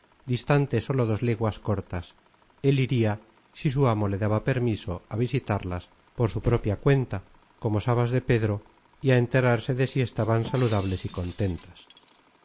distante sólo dos leguas cortas él iría si su amo le daba permiso a visitarlas por su propia cuenta como sabas de pedro y a enterarse de si estaban saludables y contentas